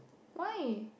why